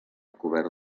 cobert